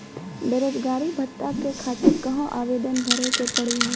बेरोजगारी भत्ता के खातिर कहां आवेदन भरे के पड़ी हो?